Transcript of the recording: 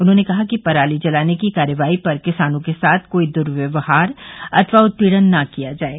उन्होंने कहा कि पराली जलाने की कार्यवाही पर किसानों के साथ कोई दुर्व्यहार अथवा उत्पीड़न न किया जाये